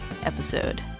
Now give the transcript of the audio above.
episode